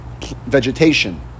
vegetation